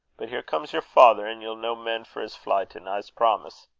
but here comes yer father, and ye'll no mend for his flytin', i'se promise.